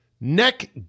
neck